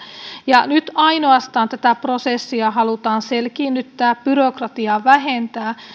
ja nyt ainoastaan tätä prosessia halutaan selkiinnyttää byrokratiaa vähentää